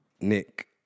Nick